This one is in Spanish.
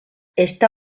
está